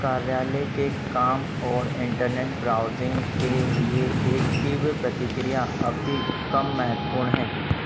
कार्यालय के काम और इन्टरनेट ब्राउज़िन्ग के लिए एक तीव्र प्रतिक्रिया अवधि कम महत्वपूर्ण है